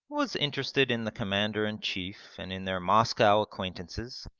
was interested in the commander-in-chief and in their moscow acquaintances,